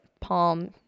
palm